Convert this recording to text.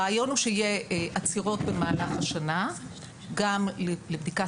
הרעיון הוא שיהיה עצירות במהלך השנה גם לבדיקת